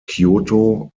kyōto